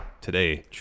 Today